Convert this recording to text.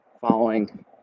following